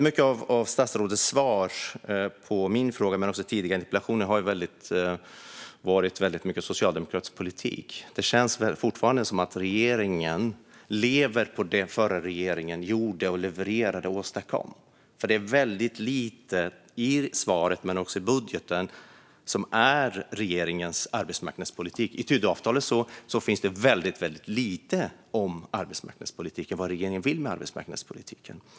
Mycket av statsrådets svar på min och andras interpellationer innehåller mycket socialdemokratisk politik. Det känns som att regeringen fortfarande lever på det förra regeringen levererade och åstadkom. Det är nämligen väldigt lite av regeringens arbetsmarknadspolitik i både svaret och budgeten, och i Tidöavtalet står det väldigt lite om vad regeringen vill med arbetsmarknadspolitiken.